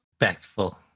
Respectful